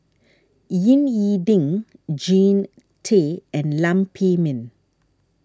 Ying E Ding Jean Tay and Lam Pin Min